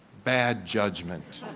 bad judgment.